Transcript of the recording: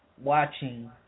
watching